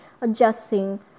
adjusting